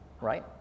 right